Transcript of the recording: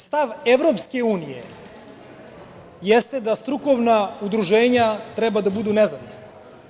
Stav EU jeste da strukovna udruženja treba da budu nezavisna.